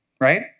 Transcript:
right